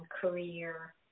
career